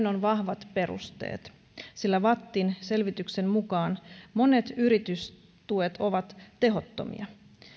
on vahvat perusteet sillä vattin selvityksen mukaan monet yritystuet ovat tehottomia